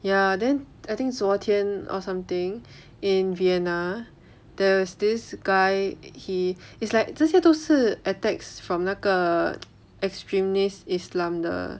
ya then I think 昨天 or something in vienna there's this guy he is like 这些都是 attacks from 那个 extremist islam 的